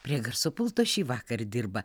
prie garso pulto šįvakar dirba